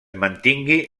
mantingui